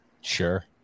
Sure